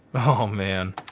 oh man,